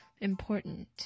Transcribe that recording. important